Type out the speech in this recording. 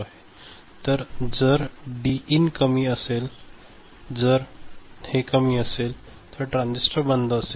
तर जर D in कमी असेल आणि जर हे कमी असेल तर हे ट्रान्झिस्टर बंद असेल